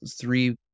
three